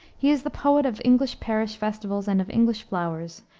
he is the poet of english parish festivals and of english flowers,